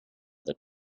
that